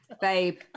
babe